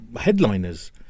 headliners